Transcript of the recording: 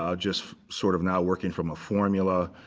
um just sort of not working from a formula.